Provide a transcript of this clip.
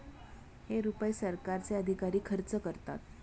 हे रुपये सरकारचे अधिकारी खर्च करतात